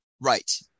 Right